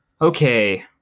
Okay